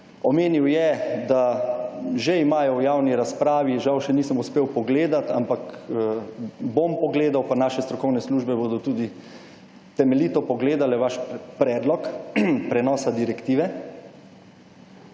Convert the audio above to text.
omenil je, da že imajo v javni razpravi, žal še nisem uspel pogledat, ampak bom pogledal, pa naše strokovne službe bodo tudi temeljito pogledale vaš predlog prenosa direktive,